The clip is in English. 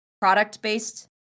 product-based